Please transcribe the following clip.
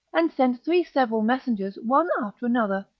and sent three several messengers one after another,